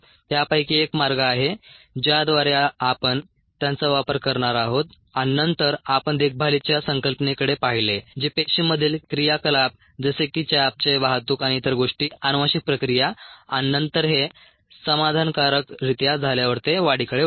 त्यापैकी एक मार्ग आहे ज्याद्वारे आपण त्यांचा वापर करणार आहोत आणि नंतर आपण देखभालीच्या संकल्पनेकडे पाहिले जे पेशीमधील क्रियाकलाप जसे की चयापचय वाहतूक आणि इतर गोष्टी अनुवांशिक प्रक्रिया आणि नंतर हे समाधानाकारक रित्या झाल्यावर ते वाढीकडे वळते